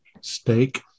steak